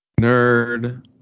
Nerd